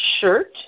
shirt